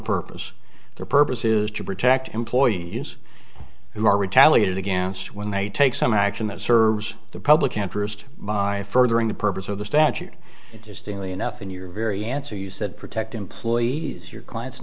purpose the purpose is to protect employees who are retaliated against when they take some action that serves the public interest by furthering the purpose of the statute just in the enough in your very answer you said protect employees your clients